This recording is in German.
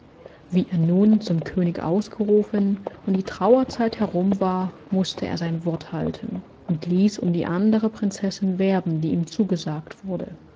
wie er nun zum könig ausgerufen und die trauerzeit herum war mußt er sein wort halten und ließ um die andere prinzessin werben die ihm zugesagt wurde